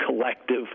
collective